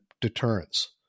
deterrence